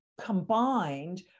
combined